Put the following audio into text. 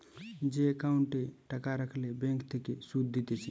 যে একাউন্টে টাকা রাখলে ব্যাঙ্ক থেকে সুধ দিতেছে